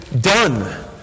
done